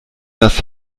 das